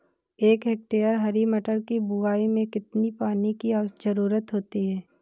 एक हेक्टेयर हरी मटर की बुवाई में कितनी पानी की ज़रुरत होती है?